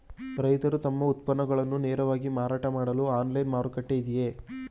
ರೈತರು ತಮ್ಮ ಉತ್ಪನ್ನಗಳನ್ನು ನೇರವಾಗಿ ಮಾರಾಟ ಮಾಡಲು ಆನ್ಲೈನ್ ಮಾರುಕಟ್ಟೆ ಇದೆಯೇ?